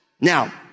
Now